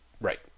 Right